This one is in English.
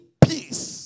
peace